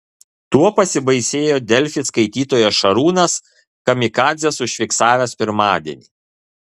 tuo pasibaisėjo delfi skaitytojas šarūnas kamikadzes užfiksavęs pirmadienį